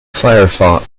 firefox